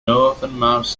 northernmost